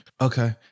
Okay